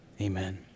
Amen